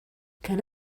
can